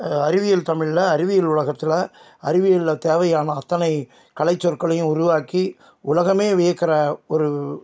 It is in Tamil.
அறிவியல் தமிழ்ல அறிவியல் உலகத்தில் அறிவியலில் தேவையான அத்தனை கலை சொற்களையும் உருவாக்கி உகலமே வியக்கிற ஒரு